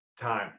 time